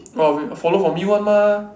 orh will follow from you one mah